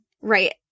right